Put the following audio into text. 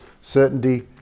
Certainty